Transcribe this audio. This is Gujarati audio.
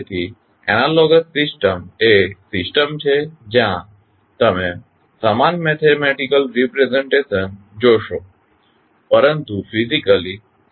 તેથી એનાલોગસ સિસ્ટમ્સ તે સિસ્ટમ્સ છે જ્યાં તમે સમાન મેથેમેટિકલ રિપ્રેઝ્ન્ટેશન જોશો પરંતુ ફીઝીકલી તે એકબીજાથી અલગ છે